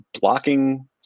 blocking